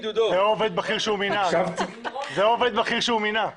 הקשבתי לכם קשב רב.